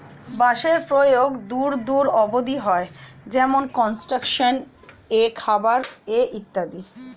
বাঁশের প্রয়োগ দূর দূর অব্দি হয়, যেমন কনস্ট্রাকশন এ, খাবার এ ইত্যাদি